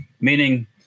meaning